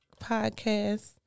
Podcast